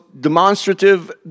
demonstrative